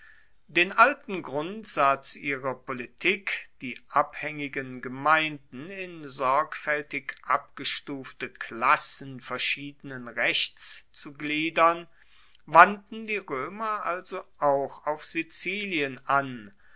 den alten grundsatz ihrer politik die abhaengigen gemeinden in sorgfaeltig abgestufte klassen verschiedenen rechts zu gliedern wandten die roemer also auch auf sizilien an